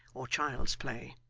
or child's play.